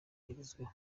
rigezweho